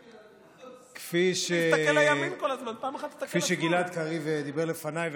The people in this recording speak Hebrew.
כפי שגלעד קריב דיבר לפניי,